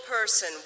person